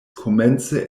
komence